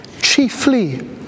chiefly